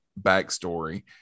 backstory